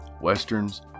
westerns